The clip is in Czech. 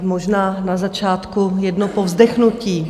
Možná na začátku jedno povzdechnutí.